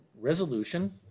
resolution